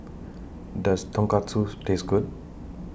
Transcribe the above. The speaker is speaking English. Does Tonkatsu Taste Good